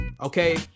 okay